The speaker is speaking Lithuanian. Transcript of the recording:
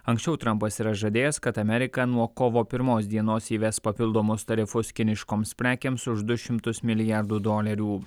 anksčiau trampas yra žadėjęs kad amerika nuo kovo pirmos dienos įves papildomus tarifus kiniškoms prekėms už du šimtus milijardų dolerių